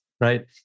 right